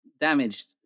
damaged